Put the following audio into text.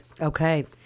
okay